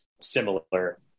similar